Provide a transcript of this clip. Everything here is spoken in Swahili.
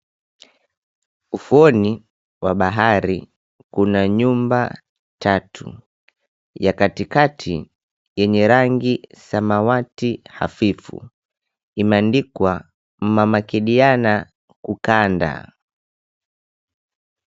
Ufuoni wa bahari kuna nyumba tatu. Ya katikati yenye rangi samawati hafifu imeandikwa mama kidiana kukanda.